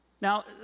Now